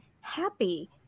happy